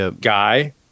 guy